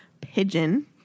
pigeon